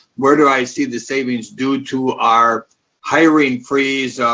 where do i see the savings due to our hiring freeze?